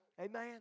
Amen